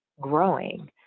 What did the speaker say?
growing